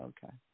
Okay